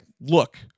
look